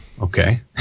Okay